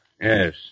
yes